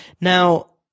Now